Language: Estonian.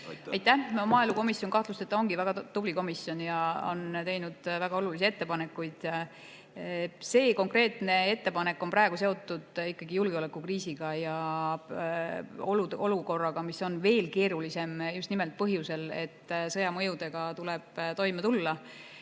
Aitäh! Maaelukomisjon kahtlusteta ongi väga tubli komisjon ja on teinud väga olulisi ettepanekuid. See konkreetne ettepanek on praegu seotud julgeolekukriisiga ja olukorraga, mis on veel keerulisem just nimelt põhjusel, et sõja mõjudega tuleb toime tulla.